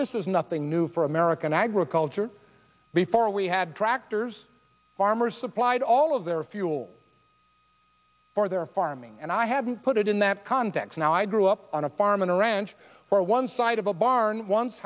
this is nothing new for american agriculture before we had tractors farmers supplied all of their fuel for their farming and i haven't put it in that context now i grew up on a farm and ranch where one side of a barn once